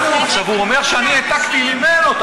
הוא אומר שאני העתקתי ממנו.